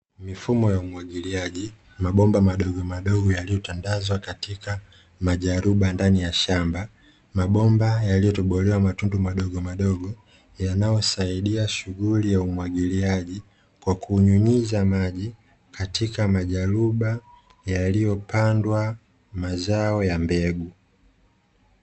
Mifumo ya umwagiliaji mabomba madogomadogo yaliyotandazwa katika majaruba ndani ya shamba, mabomba yaliyotobolewa matundu madogomadogo yanayosaidia shughuli ya umwagiliaji kwa kunyunyiza maji katika majaruba yaliyopandwa mazao ya mbegu.